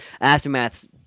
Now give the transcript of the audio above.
aftermath's